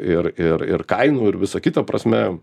ir ir ir kainų ir viso kito prasme